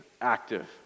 active